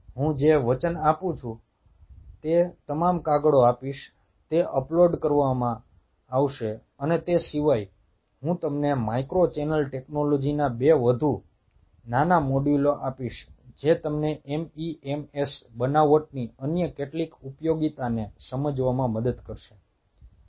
હું જે વચન આપું છું તે તમામ કાગળો આપીશ તે અપલોડ કરવામાં આવશે અને તે સિવાય હું તમને માઇક્રો ચેનલ ટેકનોલોજીના 2 વધુ નાના મોડ્યુલો આપીશ જે તમને MEMS બનાવટની અન્ય કેટલીક ઉપયોગિતાને સમજવામાં મદદ કરશે